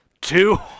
Two